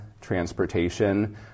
transportation